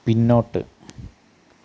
പിന്നോട്ട്